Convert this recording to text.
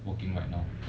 working right now